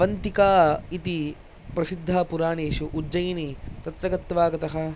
अवन्तिका इति प्रसिद्धपुराणेषु उज्जयिनी तत्र गत्वागतः